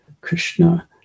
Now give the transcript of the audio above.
Krishna